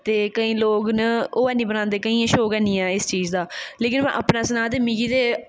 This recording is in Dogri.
ते केईं लोग न ओह् हैन्नी बनांदे केइयें गी शौक हैन्नी ऐ इस चीज दा लेकिन में अपना सनांऽ ते मिगी ते